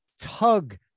tug